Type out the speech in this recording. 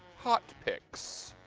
hot picks.